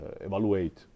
evaluate